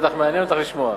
בטח מעניין אותך לשמוע.